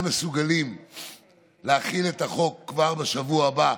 מסוגלים להכין את החוק כבר לשבוע הבא,